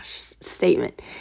statement